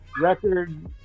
Record